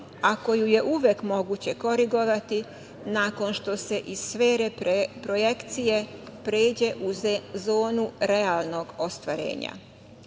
a koju je uvek moguće korigovati nakon što se iz sfere projekcije pređe u zonu realnog ostvarenja.